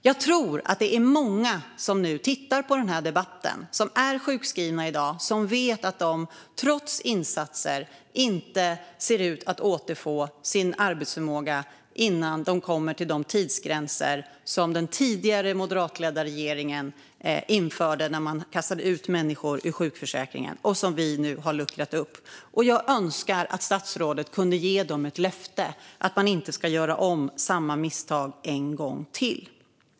Jag tror att det är många som nu tittar på den här debatten som är sjukskrivna i dag och vet att de trots insatser inte ser ut att återfå sin arbetsförmåga innan de kommer till de tidsgränser som den tidigare moderatledda regeringen införde när man kastade ut människor ur sjukförsäkringen och som vi sedan luckrade upp. Jag önskar att statsrådet kunde ge dem löftet att man inte ska göra om samma misstag en gång till.